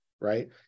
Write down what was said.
right